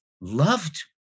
loved